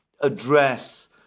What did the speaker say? address